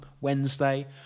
wednesday